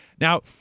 Now